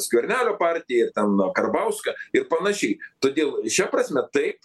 skvernelio partijai ar ten karbauskio ir panašiai todėl šia prasme taip